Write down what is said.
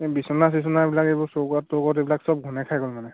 এই বিচনা চিচনাবিলাক এইবোৰ চৌকাত তৌকত এইবিলাক সব ঘোনে খাই গ'ল মানে